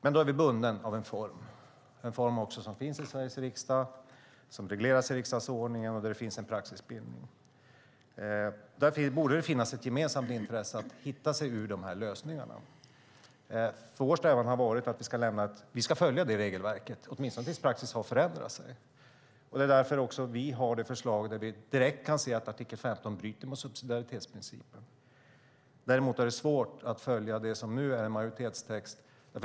Men vi är bundna av en form som finns i Sveriges riksdag, som regleras i riksdagsordningen och där det finns en praxisbild. Därför borde det finnas ett gemensamt intresse att hitta lösningar för att ta sig ur det här. Vår strävan har varit att vi ska följa det regelverket, åtminstone tills praxis har förändrats. Det är också därför vi har ett förslag där vi direkt kan se att artikel 15 bryter mot subsidiaritetsprincipen. Däremot är detta svårt att följa i det som nu är majoritetstext.